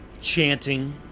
chanting